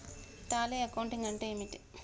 Tally accounting అంటే ఏమిటి?